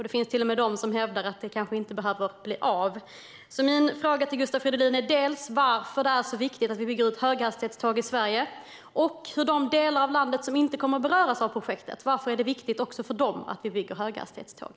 Det finns till och med de som hävdar att det kanske inte behöver bli av. Jag vill fråga Gustav Fridolin dels varför det är viktigt att vi bygger för höghastighetståg i Sverige, dels varför det är viktigt också för de delar av landet som inte kommer att beröras av projektet med höghastighetståg.